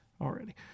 already